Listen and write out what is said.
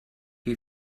you